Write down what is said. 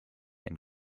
and